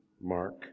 Mark